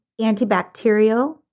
antibacterial